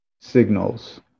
signals